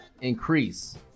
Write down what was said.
increase